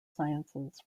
sciences